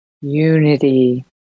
unity